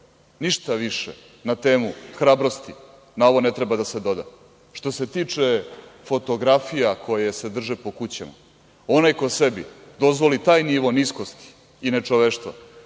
Ništa više na temu hrabrosti na ovo ne treba da se doda. Što se tiče fotografija koje se drže po kućama, onaj ko sebi dozvoli taj nivo niskosti i nečoveštva